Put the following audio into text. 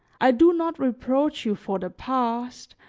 i do not reproach you for the past,